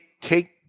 take